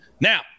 now